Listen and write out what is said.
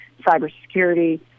cybersecurity